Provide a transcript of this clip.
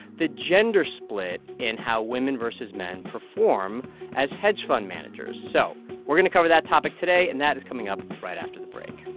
the gender split in how women versus men perform as hedge fund managers. so we're going to cover that topic today, and that is coming up right after the break